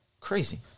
Crazy